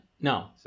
No